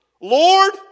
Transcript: Lord